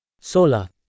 Sola